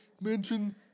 mention